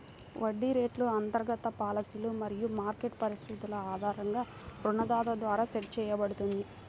వడ్డీ రేటు అంతర్గత పాలసీలు మరియు మార్కెట్ పరిస్థితుల ఆధారంగా రుణదాత ద్వారా సెట్ చేయబడుతుంది